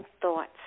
thoughts